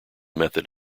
method